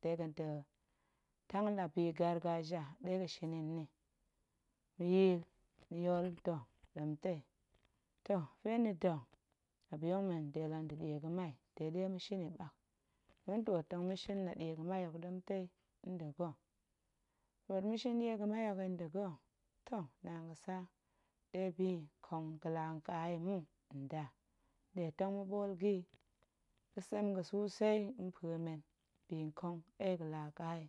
Dega̱ da̱ tang la bi gargaja ɗe gashin yi nni, ni yool da̱ ɗemtei pe ni da̱, muop yong men de la nda̱ ɗie ga̱mai de ɗe ma̱shin yi ɓak, ma̱ntwoot tong ma̱shin la ɗie ga̱mai hok ɗemtei nda̱ ga̱, twoot ma̱shin la ɗie ga̱mai yi nda̱ ga̱ toh, naan gətsa ɗe bi nkong ga̱laa ƙa yi mu, nda ma̱nɗe tong ma̱ɓool ga̱ yi ga̱tsem ga̱ suu sei mpue men bi nkong ɗe ga̱laa ƙa yi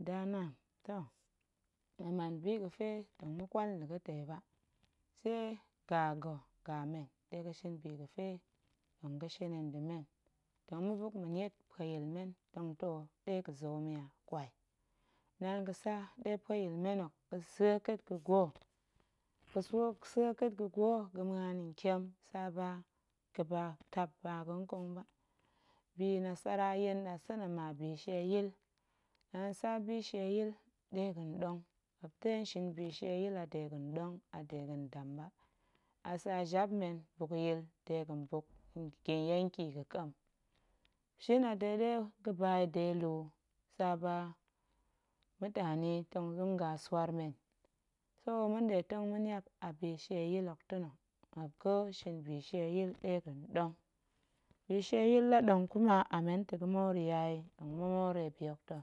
nda naan toh ma̱ man bi ga̱pe tong ma̱ƙwal nda̱ tei ba tse ga̱ ga̱, ga̱men ɗe ga̱shin bi gəfe tong ga̱shin yi nda̱ men, tong ma̱niet pueyil men tong too ɗe ga̱zem yi wa kwai, naan ga̱tsa ɗe pueyil men hok gəsa̱e ƙa̱a̱t ga̱gwo, ga̱sa̱e ƙa̱a̱t ga̱gwo muan ntiem tsa ba gətap ba ga̱nƙong ba, bi nasara yen nɗasa̱na̱ ma bishieyil, naan tsa bishieyil ɗe ga̱nɗong, muop tong shin bishieyil a degạn ɗong ma a dega̱n dam ba, a tsa jap men buk ya̱a̱l dega̱n buk yenki ga̱ƙem, shin a de ɗe ga̱ba yi de lu tsa ba mutani tong dinga swaar men, so ma̱nɗe tong ma̱niap a bishieyil hok ta̱ nna̱, muop ga̱shin bishieyil ɗe ga̱nɗong, bishieyil la ɗong kuma a men ta̱ ga̱ moriya yi, tong ma̱ more bi hok ta̱.